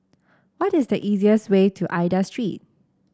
what is the easiest way to Aida Street